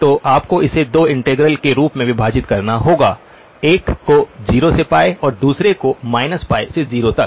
तो आपको इसे दो इंटीग्रल के रूप में विभाजित करना होगा एक को 0 से और दूसरे को -π से 0 तक